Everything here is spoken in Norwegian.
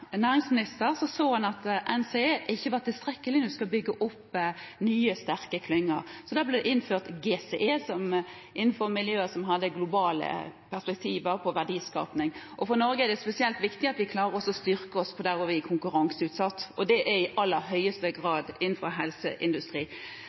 næringsminister, så han at NCE ikke var tilstrekkelig til å bygge opp nye sterke klynger, så da ble det innført GCE innenfor miljøer som hadde globale perspektiver på verdiskaping. For Norge er det spesielt viktig at vi klarer å styrke oss der vi er konkurranseutsatt, og det gjelder i aller høyeste